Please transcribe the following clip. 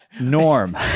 norm